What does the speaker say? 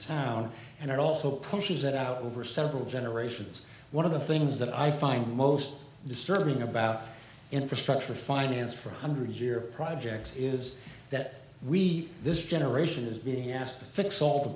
town and it also pushes it out over several generations one of the things that i find most disturbing about infrastructure finance for one hundred year projects is that we this generation is being asked to fix all the